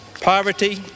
poverty